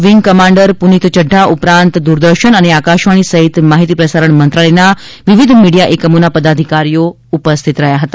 wing commander Punit Yadav ઉપરાંત દૂરદર્શન અને આકાશવાણી સહીત માહિતી પ્રસારણ મંત્રાલય ના વિવિધ મીડિયા એકમો ના અધિકારીઓ ઉપસ્થિત રહ્યા હતા